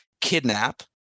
kidnap